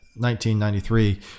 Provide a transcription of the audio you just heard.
1993